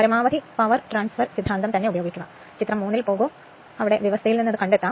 പരമാവധി power transfer സിദ്ധാന്തം ഉപയോഗിക്കുക ചിത്രം 3 ലേക്ക് പോകുക വ്യവസ്ഥയിൽ നിന്ന് അത് ഉണ്ടാക്കാം